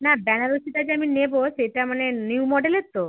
না বেনারসিটা যে আমি নেবো সেটা মানে নিউ মডেলের তো